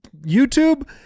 YouTube